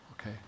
Okay